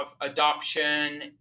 adoption